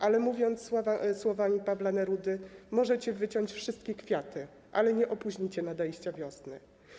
Ale mówiąc słowami Pabla Nerudy: Możecie wyciąć wszystkie kwiaty, ale nie opóźnicie nadejścia wiosny.